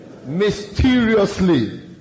mysteriously